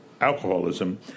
alcoholism